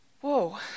Whoa